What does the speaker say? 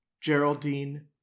Geraldine